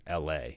la